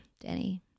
Danny